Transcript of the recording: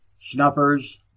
snuffers